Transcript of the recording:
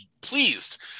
pleased